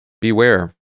Beware